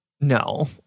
no